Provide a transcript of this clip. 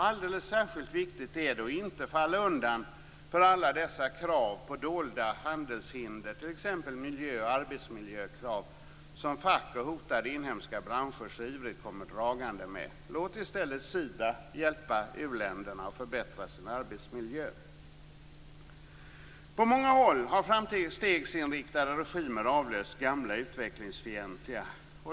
Alldeles särskilt viktigt är att inte falla undan för alla dessa krav på dolda handelshinder, t.ex. miljö och arbetsmiljökrav, som fack och hotade inhemska branscher så ivrigt kommer dragande med. Låt i stället Sida hjälpa u-länderna att förbättra sin arbetsmiljö. På många håll har framstegsinriktade regimer avlöst gamla utvecklingsfientliga.